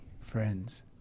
friends